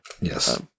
Yes